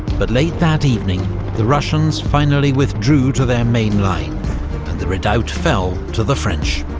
but late that evening the russians finally withdrew to their main line, and the redoubt fell to the french.